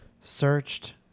Searched